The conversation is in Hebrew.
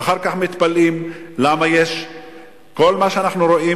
ואחר כך מתפלאים למה יש כל מה שאנחנו רואים,